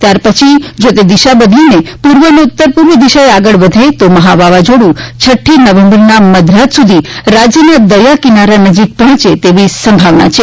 ત્યારપછી જો તે દિશા બદલીને પૂર્વ અને ઉત્તર પૂર્વ દિશાએ આગળ વધે તો મહા વાવાઝોડું છઠ્ઠી નવેમ્બરના મધરાત સુધી રાજ્યના દરિયા કિનારા નજી પહોંચે તેવી સંભાવના છે